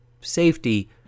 safety